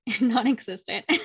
non-existent